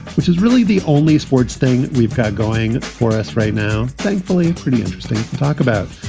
which is really the only sports thing we've got going for us right now, thankfully. pretty interesting to talk about.